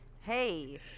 hey